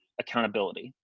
accountability